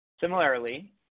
Similarly